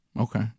Okay